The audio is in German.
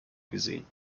gesehen